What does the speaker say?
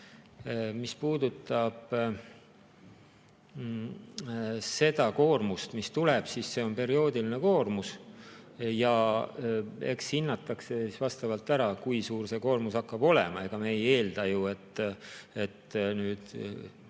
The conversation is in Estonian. Mis puudutab seda koormust, mis tuleb, siis see on perioodiline koormus. Eks siis hinnatakse ära, kui suur see koormus hakkab olema. Ega me ju ei eelda, et nüüd